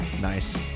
Nice